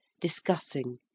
discussing